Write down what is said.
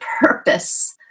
purpose